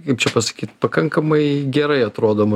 kaip čia pasakyt pakankamai gerai atrodom